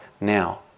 now